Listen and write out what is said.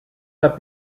have